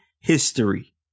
history